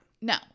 No